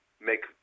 make